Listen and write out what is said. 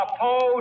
oppose